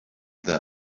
their